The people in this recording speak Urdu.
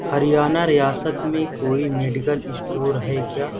ہریانہ ریاست میں کوئی میڈیکل اِسٹور ہے کیا